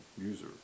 user